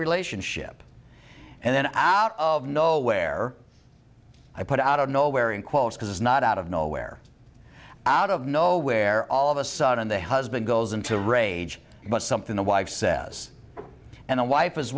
relationship and then out of nowhere i put out of nowhere in quotes because not out of nowhere out of nowhere all of a sudden the husband goes into a rage about something the wife says and the wife was